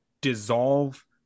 dissolve